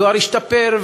הדואר ישתפר,